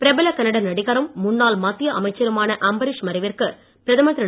பிரபல கன்னட நடிகரும் முன்னாள் மத்திய அமைச்சருமான அம்பரீஷ் மறைவிற்கு பிரதமர் திரு